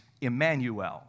Emmanuel